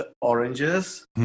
oranges